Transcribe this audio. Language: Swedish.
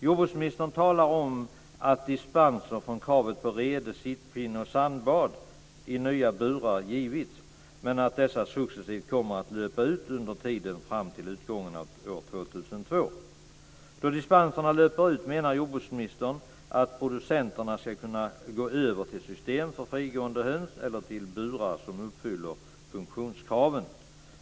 Jordbruksministern talar om att dispenser från kravet på rede, sittpinne och sandbad i nya burar givits, men att dessa successivt kommer att löpa ut under tiden fram till utgången av år 2002. Då dispenserna löper ut menar jordbruksministern att producenterna ska kunna gå över till system för frigående höns eller till burar som uppfyller funktionskraven.